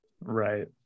Right